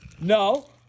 No